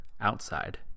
outside